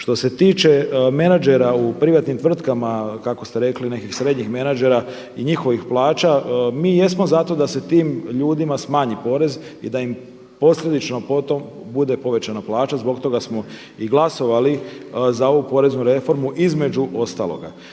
Što se tiče menadžera u privatnim tvrtkama, kako ste rekli, nekih srednjih menadžera i njihovih plaća, mi jesmo za to da se tim ljudima smanji porez i da im posljedično po tom bude povećana plaća. Zbog toga smo i glasovali za ovu poreznu reformu između ostaloga.